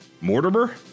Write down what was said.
Mortimer